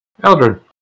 Eldrin